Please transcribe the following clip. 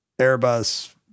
Airbus